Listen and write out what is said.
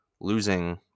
losing